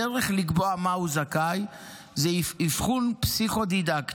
הדרך לקבוע במה הוא זכאי היא אבחון פסיכו-דידקטי,